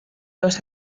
los